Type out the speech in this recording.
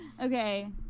Okay